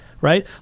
right